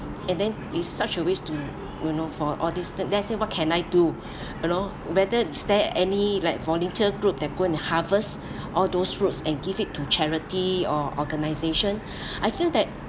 and then it's such a waste to you know for all this thi~ then I say what can I do you know whether is there any like volunteer group that go and harvest all those fruits and give it to charity or organisation I feel that